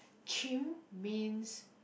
chim means